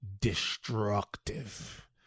destructive